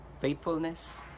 faithfulness